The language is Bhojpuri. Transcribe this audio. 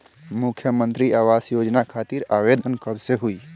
मुख्यमंत्री आवास योजना खातिर आवेदन कब से होई?